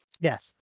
Yes